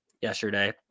yesterday